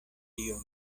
dio